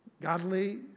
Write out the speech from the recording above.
godly